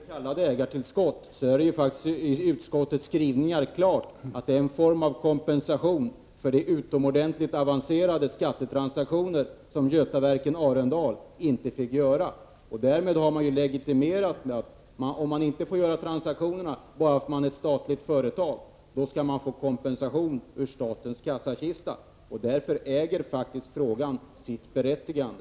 Herr talman! Även om Paul Lestander vill kalla det ägartillskott, framgår det klart av utskottets skrivningar att det är en form av kompensation för de mycket avancerade skattetransaktioner som Götaverken Arendal inte fick göra. Därmed har det legitimerats att om man inte får göra transaktioner bara för att man är ett statligt företag, skall man få kompensation ur statens kassakista. Frågan äger därför sitt berättigande.